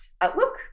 outlook